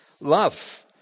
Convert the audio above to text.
love